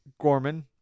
Gorman